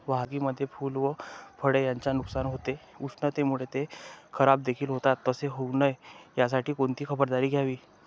वाहतुकीमध्ये फूले व फळे यांचे नुकसान होते, उष्णतेमुळे ते खराबदेखील होतात तसे होऊ नये यासाठी कोणती खबरदारी घ्यावी?